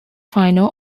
final